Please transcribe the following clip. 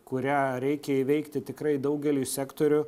kurią reikia įveikti tikrai daugeliui sektorių